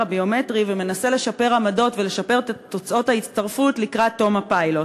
הביומטרי ומנסה לשפר עמדות ולשפר את תוצאות ההצטרפות לקראת תום הפיילוט.